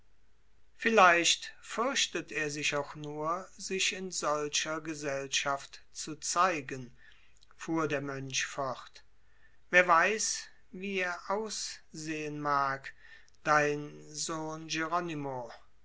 vielleicht fürchtet er sich auch nur sich in solcher gesellschaft zu zeigen fuhr der mönch fort wer weiß wie er aussehen mag dein sohn